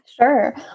Sure